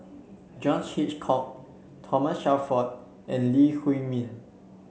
John Hitchcock Thomas Shelford and Lee Huei Min